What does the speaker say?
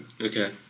Okay